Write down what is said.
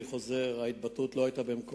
אני חוזר: ההתבטאות לא היתה במקומה.